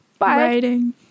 writing